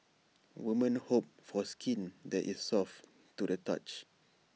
women hope for skin that is soft to the touch